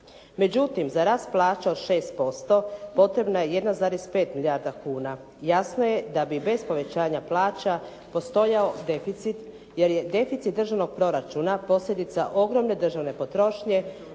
Međutim, za rast plaća od 6% potrebna je 1,5 milijarda kuna. Jasno je da bi bez povećanja plaća postojao deficit, jer je deficit državnog proračuna posljedica ogromne državne potrošnje,